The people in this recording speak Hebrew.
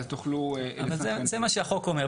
אבל זה מה שהחוק אומר.